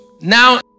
Now